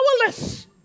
powerless